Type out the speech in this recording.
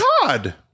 cod